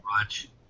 Watch